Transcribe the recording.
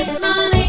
money